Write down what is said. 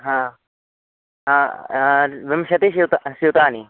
ह आ आ विंशतिः स्यूताः स्यूताः